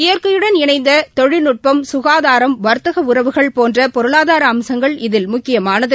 இயற்கையுடன் இணைந்ததொழில்நுட்பம் சுகாதாரம் வர்த்தகஉறவுகள் போன்றபொருளாதாரஅம்சங்கள் இதில் முக்கியமானது